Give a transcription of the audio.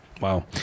Wow